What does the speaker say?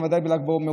ודאי בל"ג בעומר,